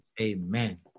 Amen